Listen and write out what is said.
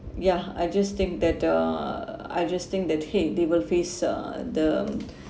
ya I just think that uh I just think that !hey! they will face uh the